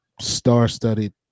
star-studded